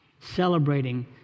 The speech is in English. celebrating